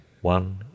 one